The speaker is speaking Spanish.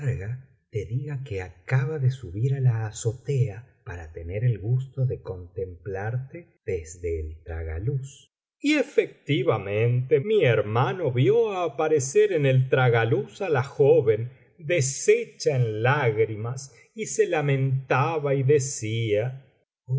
te diga que acaba de su biblioteca valenciana generalitat valenciana historia del jorobado bir á la azotea para tener el gusto de contemplarte desde el tragaluz y efectivamente mi hermano vio aparecer en el tragaluz á la joven deshecha en lágrimas y se lamentaba y decía